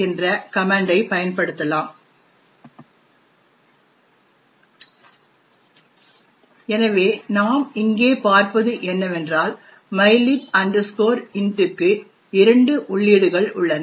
என்ற கமன்ட்டை பயன்படுத்தலாம் எனவே நாம் இங்கே பார்ப்பது என்னவென்றால் mylib int க்கு இரண்டு உள்ளீடுகள் உள்ளன